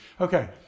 Okay